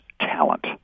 talent